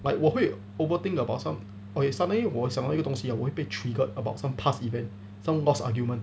but 我会 overthink about some okay suddenly 我会想到一个东西 hor 我会被 triggered about some past event some lost argument